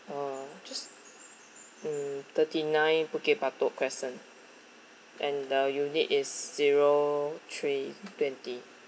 uh just mm thirty nine Bukit Batok crescent and the unit is zero three twenty